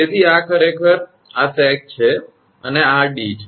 તેથી આ ખરેખર આ સેગ છે અને આ 𝑑 છે